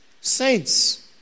saints